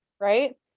right